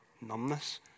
numbness